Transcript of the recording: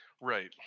right